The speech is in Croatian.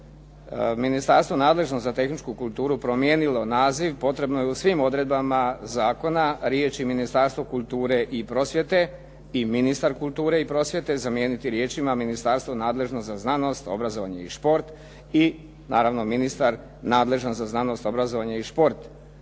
ministarstvo nadležno za tehničku kulturu promijenilo naziv potrebno je u svim odredbama zakona riječi “Ministarstvo kulture i prosvjete i ministar kulture i prosvjete“ zamijeniti riječima “ministarstvo nadležno za znanost, obrazovanje i šport“ i naravno ministar nadležan za znanost, obrazovanje i šport.